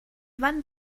wann